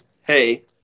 hey